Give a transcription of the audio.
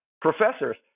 professors